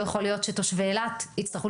לא יכול להיות שתושבי אילת יצטרכו